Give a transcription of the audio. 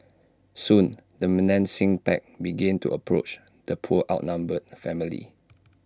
soon the menacing pack began to approach the poor outnumbered family